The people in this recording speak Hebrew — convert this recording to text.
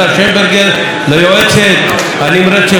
ליועצת הנמרצת של שרת התרבות,